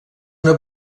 una